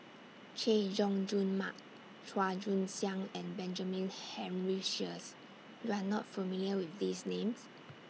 Chay Jung Jun Mark Chua Joon Siang and Benjamin Henry Sheares YOU Are not familiar with These Names